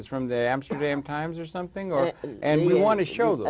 it's from there amsterdam times or something or and you want to show he